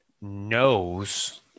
knows